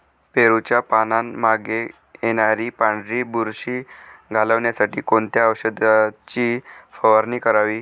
पेरूच्या पानांमागे येणारी पांढरी बुरशी घालवण्यासाठी कोणत्या औषधाची फवारणी करावी?